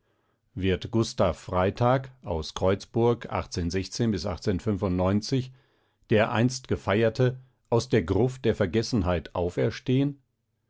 wird gustav freytag aus kreuz einst gefeierte aus der gruft der vergessenheit auferstehen